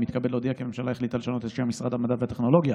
אני מתכבד להודיע כי הממשלה החליטה לשנות את שם משרד המדע והטכנולוגיה.